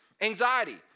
anxiety